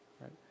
right